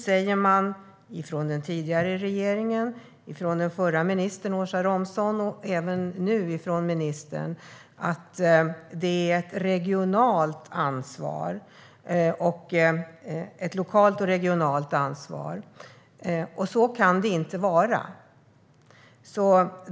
Den tidigare regeringen, den förra ministern Åsa Romson och även den nuvarande ministern har alla sagt att det är ett lokalt och regionalt ansvar. Så kan det inte vara.